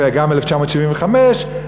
וגם ב-1975,